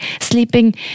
sleeping